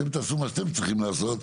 אתם תעשו מה שאתם צריכים לעשות.